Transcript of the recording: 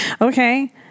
Okay